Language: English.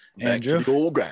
Andrew